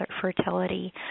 fertility